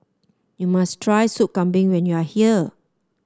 you must try Soup Kambing when you are here